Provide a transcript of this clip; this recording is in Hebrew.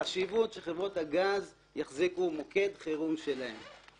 זה לגבי החשיבות שחברות הגז יחזיקו מוקד חירום משלהם.